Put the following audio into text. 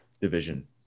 division